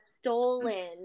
stolen